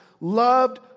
loved